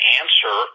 answer